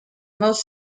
most